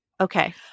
Okay